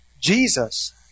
Jesus